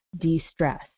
de-stress